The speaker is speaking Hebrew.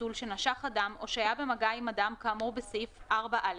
חתול שנשך אדם או שהיה במגע עם אדם כאמור בסעיף 4א,